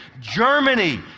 Germany